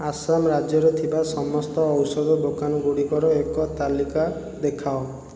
ଆସାମ ରାଜ୍ୟରେ ଥିବା ସମସ୍ତ ଔଷଧ ଦୋକାନଗୁଡ଼ିକର ଏକ ତାଲିକା ଦେଖାଅ